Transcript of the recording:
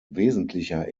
wesentlicher